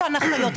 אותן אחיות,